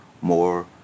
more